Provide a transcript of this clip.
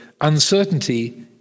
uncertainty